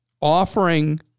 offering